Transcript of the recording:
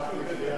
איצ'יקידנה.